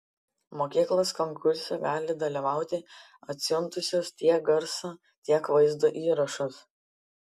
mokyklos konkurse gali dalyvauti atsiuntusios tiek garso tiek vaizdo įrašus